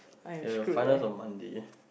yeah you find us on Monday lah